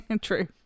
True